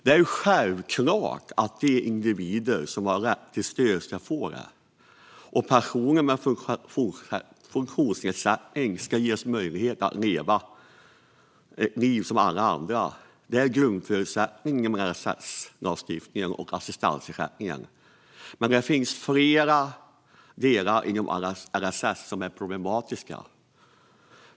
Det är självklart att individer som har rätt till stöd ska få det, och personer med funktionsnedsättning ska ges möjlighet att leva ett liv som alla andra. Detta är grundförutsättningen i LSS-lagstiftningen och assistansersättningen. Det finns dock flera delar inom LSS som är problematiska.